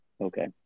Okay